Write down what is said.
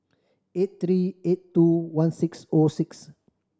eight three eight two one six O six